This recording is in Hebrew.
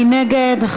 מי נגד?